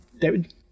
David